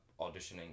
auditioning